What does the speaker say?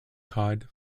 cod